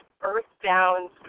earthbound